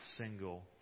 single